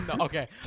Okay